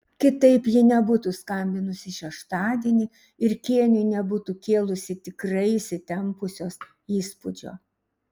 kitaip ji nebūtų skambinusi šeštadienį ir kėniui nebūtų kėlusi tikrai įsitempusios įspūdžio